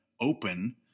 open